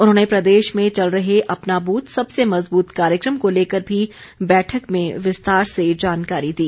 उन्होंने प्रदेश में चल रहे अपना ब्रथ सबसे मज़ब्रत कार्यक्रम को लेकर भी बैठक में विस्तार से जानकारी दी